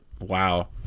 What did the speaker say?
wow